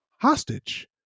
hostage